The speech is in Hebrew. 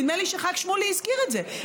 נדמה לי שחבר הכנסת שמולי הזכיר את זה,